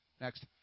Next